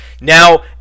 now